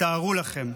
תתארו לכם,